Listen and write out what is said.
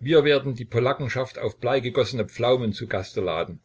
wir werden die polackenschaft auf bleigegossene pflaumen zu gaste laden